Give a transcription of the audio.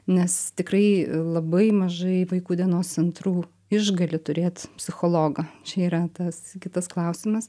nes tikrai labai mažai vaikų dienos centrų išgali turėt psichologą čia yra tas kitas klausimas